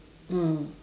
ah